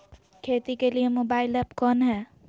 खेती के लिए मोबाइल ऐप कौन है?